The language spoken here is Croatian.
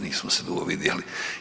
Nismo se dugo vidjeli.